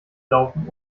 laufen